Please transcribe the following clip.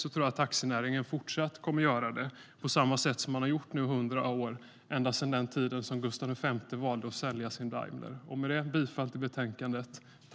Jag tror att taxinäringen kommer att fortsätta att möta utmaningarna på samma sätt som man har gjort i 100 år sedan Gustaf V valde att sälja sin Daimler. Jag yrkar bifall till förslaget i betänkandet.